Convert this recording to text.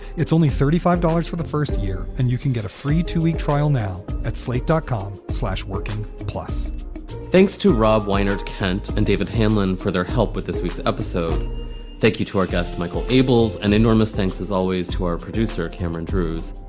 it's only thirty five dollars for the first year and you can get a free two week trial now at slate dotcom working plus thanks to rob weinert, kent and david hamlin for their help with this week's episode thank you to our guest, michael abels an enormous thanks as always to our producer, cameron drus.